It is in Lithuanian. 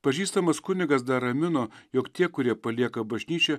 pažįstamas kunigas dar ramino jog tie kurie palieka bažnyčią